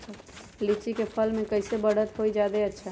लिचि क फल म कईसे बढ़त होई जादे अच्छा?